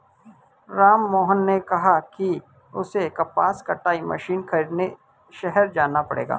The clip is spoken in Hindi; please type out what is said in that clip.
राममोहन ने कहा कि उसे कपास कटाई मशीन खरीदने शहर जाना पड़ेगा